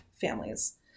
families